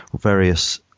various